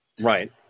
Right